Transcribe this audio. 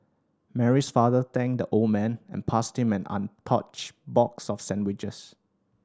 Mary's father thanked the old man and passed him an untouched box of sandwiches